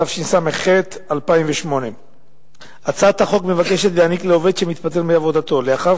התשס"ח 2008. הצעת החוק מבקשת להעניק לעובד שמתפטר מעבודתו לאחר